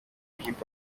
hip